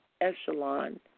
Echelon